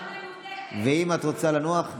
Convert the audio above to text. ואם את רוצה לנוח,